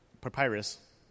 papyrus